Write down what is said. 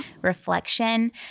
reflection